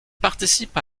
participe